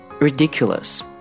ridiculous